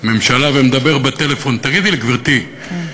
את הממשלה ומדבר בטלפון, תגידי לי, גברתי, כן.